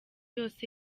yose